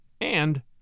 And